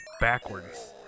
backwards